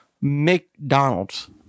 McDonald's